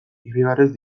irribarrez